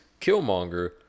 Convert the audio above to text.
Killmonger